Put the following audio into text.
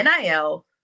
NIL